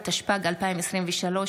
התשפ"ג 2023,